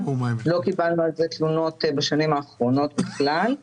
לא קיבלנו על זה תלונות בשנים האחרונות בכלל.